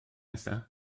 nesaf